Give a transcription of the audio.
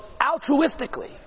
altruistically